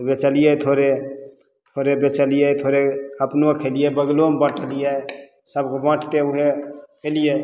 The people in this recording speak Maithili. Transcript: बेचलियै थोड़े थोड़े बेचलियै थोड़े अपनो खयलियै बगलोमे बटलियै सबके बाँटते हुए अयलियै